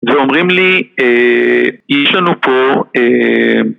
ואומרים לי יש לנו פה